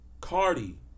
Cardi